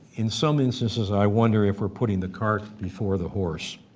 in some instances i wonder if we're putting the cart before the horse.